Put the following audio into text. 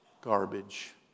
garbage